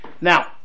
Now